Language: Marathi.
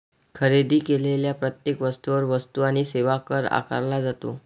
खरेदी केलेल्या प्रत्येक वस्तूवर वस्तू आणि सेवा कर आकारला जातो